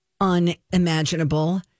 unimaginable